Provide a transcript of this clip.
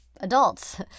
adults